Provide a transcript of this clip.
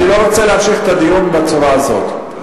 אני לא רוצה להמשיך את הדיון בצורה הזאת.